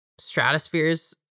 stratospheres